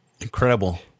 Incredible